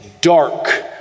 dark